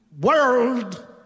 world